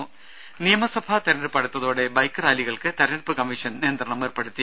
രുര നിയമസഭാ തെരഞ്ഞെടുപ്പ് അടുത്തോടെ ബൈക്ക് റാലികൾക്ക് തെരഞ്ഞെടുപ്പ് കമ്മീഷൻ നിയന്ത്രണം ഏർപ്പെടുത്തി